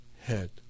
head